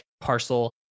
parcel